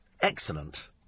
excellent